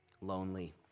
lonely